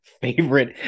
favorite